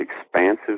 expansive